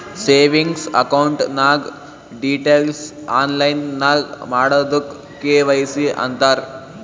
savings account ನಾಗ್ details online ನಾಗ್ ಮಾಡದುಕ್ ಕೆ.ವೈ.ಸಿ ಅಂತಾರ್